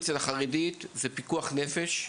החרדית זה פיקוח נפש,